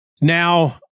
Now